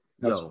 No